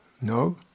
No